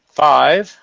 five